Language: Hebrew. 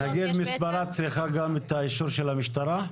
מספרה צריכה גם את האישור של המשטרה?